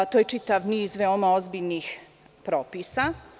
To je čitav niz veoma ozbiljnih propisa.